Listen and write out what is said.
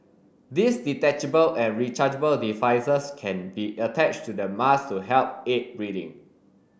these detachable and rechargeable devices can be attached to the mask to help aid breathing